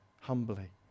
humbly